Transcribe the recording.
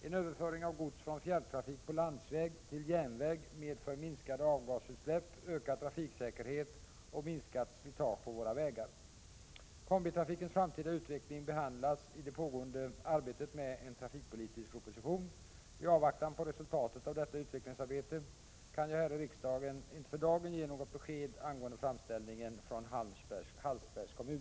En överföring av gods från fjärrtrafik på landsväg till järnväg medför minskade avgasutsläpp, ökad trafiksäkerhet och minskat slitage på våra vägar. bete kan jag här i riksdagen inte för dagen ge något besked angående framställningen från Hallsbergs kommun.